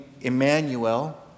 Emmanuel